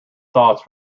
thoughts